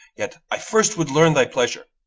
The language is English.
yet i first would learn thy pleasure.